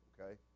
Okay